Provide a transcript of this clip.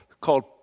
called